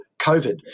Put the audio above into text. COVID